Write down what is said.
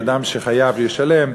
שאדם שחייב ישלם,